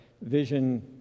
Vision